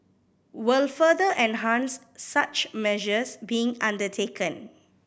will further enhance such measures being undertaken